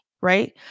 right